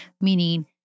meaning